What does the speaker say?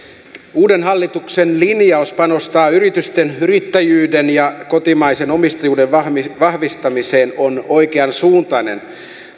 uuden hallituksen linjaus panostaa yritysten yrittäjyyden ja kotimaisen omistajuuden vahvistamiseen on oikean suuntainen